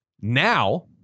now